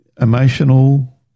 emotional